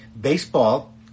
baseball